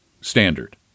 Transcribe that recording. standard